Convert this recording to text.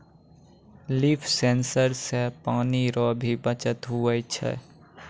लिफ sensor से पानी रो भी बचत हुवै छै